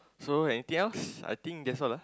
so anything else I think that's all ah